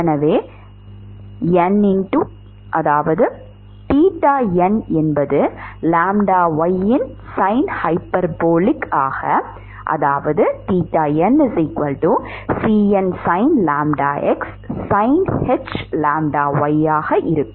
எனவே theta n என்பது λy இன் sin ஹைபர்போலிக் ஆகnCnsin λx sinh⁡λy ஆக இருக்கும்